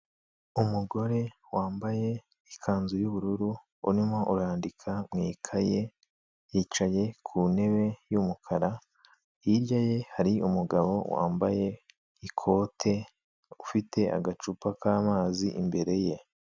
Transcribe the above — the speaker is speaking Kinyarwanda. Umugore wambaye ikanzu y'ubururu, urimo urandika mu ikaye, yicaye ku ntebe y'umukara, hirya ye hari umugabo wambaye ikote, ufite agacupa k'amazi imbere ye.